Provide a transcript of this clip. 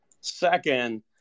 Second